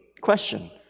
Question